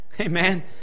Amen